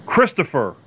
Christopher